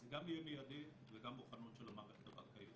אז זה גם יהיה מיידי וגם מוכנות של המערכת הבנקאית,